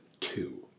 two